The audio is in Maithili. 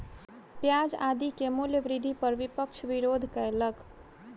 प्याज आदि के मूल्य वृद्धि पर विपक्ष विरोध कयलक